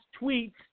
tweets